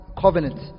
Covenant